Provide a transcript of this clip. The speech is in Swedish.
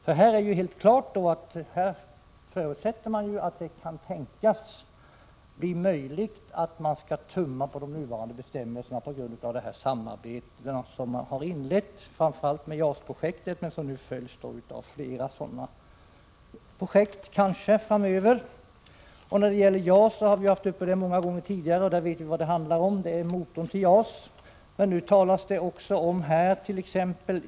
Det är ju helt klart att man förutsätter att det kan tänkas bli möjligt att man måste tumma på de nuvarande bestämmelserna på grund av det samarbete man inlett framför allt med JAS-projektet, men också på grund av efterföljande projekt framöver. JAS har vi haft uppe många gånger tidigare, och vi vet vad det gäller, det handlar om motorn. Men nu talas också om andra projekt.